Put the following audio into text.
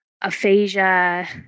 aphasia